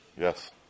Yes